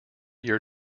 year